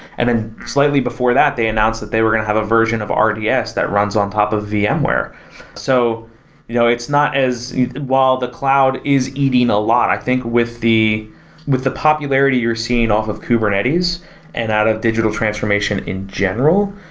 and and slightly before that, they announced that they were going to have a version of rds that runs on top of yeah vmware. so you know it's not as while the cloud is eating a lot. i think with the with the popularity you're seeing off of kubernetes and out of digital transformation in general,